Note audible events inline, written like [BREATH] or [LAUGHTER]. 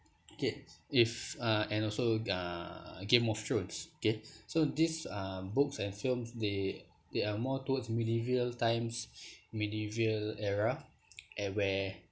K if uh and also uh game of thrones K [BREATH] so these uh books and films they they are more towards medieval times [BREATH] medieval era [NOISE] where